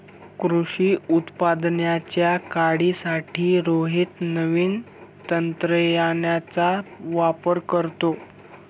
कृषी उत्पादनाच्या वाढीसाठी रोहित नवीन तंत्रज्ञानाचा वापर करतो